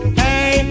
hey